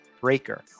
Breaker